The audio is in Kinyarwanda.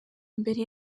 mbere